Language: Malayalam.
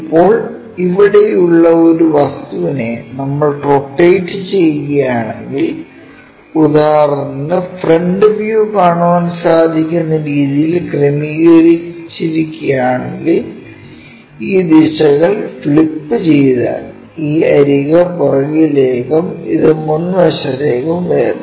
ഇപ്പോൾ ഇവിടെയുള്ള ഈ വസ്തുവിനെ നമ്മൾ റൊട്ടേറ്റ് ചെയ്യുകയാണെങ്കിൽഉദാഹരണത്തിന് ഫ്രണ്ട് വ്യൂ കാണാൻ സാധിക്കുന്ന രീതിയിൽ ക്രമീകരിച്ചിരിക്കുകയാണെങ്കിൽ ഈ ദിശകൾ ഫ്ലിപ്പു ചെയ്താൽ ഈ അരിക് പുറകിലേക്കും ഇത് മുൻവശത്തേക്കും വരുന്നു